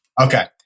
Okay